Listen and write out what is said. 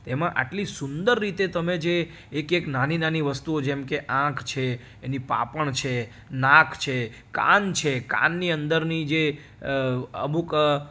તેમાં આટલી સુંદર રીતે તમે જે એક એક નાની નાની વસ્તુઓ જેમકે આંખ છે એની પાંપણ છે નાક છે કાન છે કાનની અંદરની જે અમુક